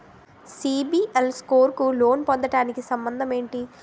CIBIL score కు loan పొందటానికి సంబంధం ఏంటి?